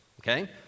Okay